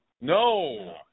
No